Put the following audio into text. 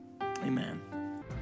amen